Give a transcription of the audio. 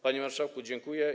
Panie marszałku, dziękuję.